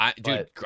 Dude